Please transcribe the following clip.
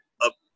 up